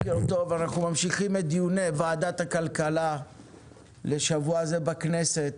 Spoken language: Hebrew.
בוקר טוב אנחנו ממשיכים את דיוני ועדת הכלכלה לשבוע הזה בכנסת,